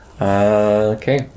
Okay